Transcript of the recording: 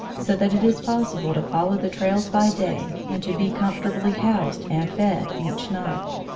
so that it is possible to follow the trails by day and to be comfortably housed and fed each night.